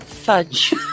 fudge